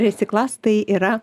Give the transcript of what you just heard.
resiklas tai yra